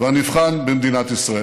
כבר נבחן במדינת ישראל.